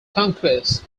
conquest